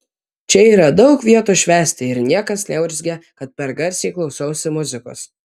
čia yra daug vietos švęsti ir niekas neurzgia kad per garsiai klausausi muzikos